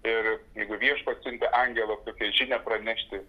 ir jeigu viešpats siuntė angelą tokią žinią pranešti